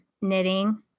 knitting